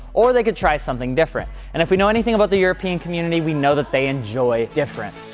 or they could try something different. and if we know anything about the european community, we know that they enjoy different.